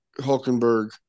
Hulkenberg